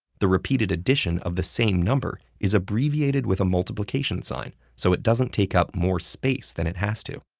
the repeated addition of the same number is abbreviated with a multiplication sign so it doesn't take up more space than it has to.